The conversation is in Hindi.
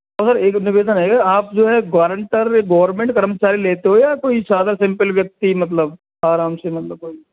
और सर एक निवेदन है आप जो है गोरेंटर गवर्मेंट कर्मचारी लेते हो या कोई सादा सिंपल व्यक्ति मतलब आराम से मतलब कोई